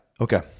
Okay